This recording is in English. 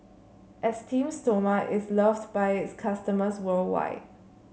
Esteem Stoma is loved by its customers worldwide